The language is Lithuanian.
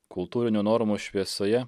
kultūrinių normų šviesoje